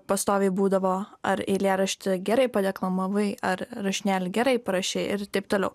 pastoviai būdavo ar eilėraštį gerai padeklamavai ar rašinėlį gerai parašei ir taip toliau